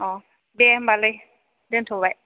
अ दे होमबालाय दोनथ'बाय